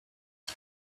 how